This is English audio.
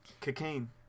Cocaine